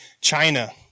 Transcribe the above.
China